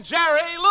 Jerry